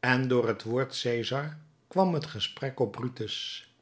en door het woord cesar kwam het gesprek op brutus